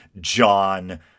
John